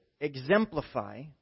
exemplify